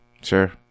sure